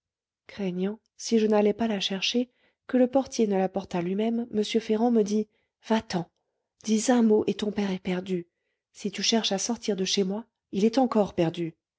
craignant si je n'allais pas la chercher que le portier ne l'apportât lui-même m ferrand me dit va-t'en dis un mot et ton père est perdu si tu cherches à sortir de chez moi il est encore perdu